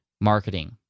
marketing